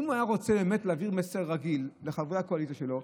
אם הוא היה רוצה באמת להעביר מסר רגיל לחברי הקואליציה שלו,